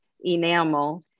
enamel